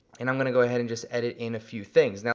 and i'm gonna go ahead and just edit in a few things. yeah